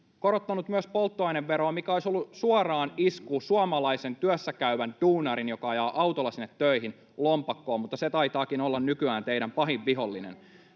korottaneet myös polttoaineveroa, mikä olisi ollut suoraan isku suomalaisen työssäkäyvän duunarin, joka ajaa autolla sinne töihin, lompakkoon, mutta se taitaakin olla nykyään teidän pahin vihollisenne.